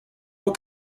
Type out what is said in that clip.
what